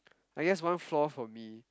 I guess one flaw for me